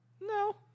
No